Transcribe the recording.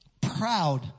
proud